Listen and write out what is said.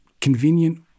convenient